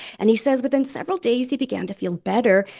and he says within several days, he began to feel better.